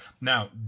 Now